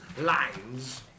lines